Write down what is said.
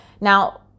Now